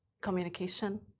communication